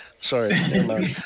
sorry